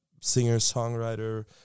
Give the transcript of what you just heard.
singer-songwriter